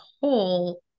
whole